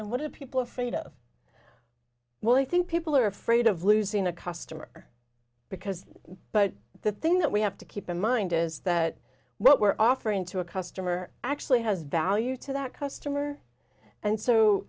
and what do people of faith of well i think people are afraid of losing a customer because but the thing that we have to keep in mind is that what we're offering to a customer actually has value to that customer and so